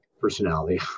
personality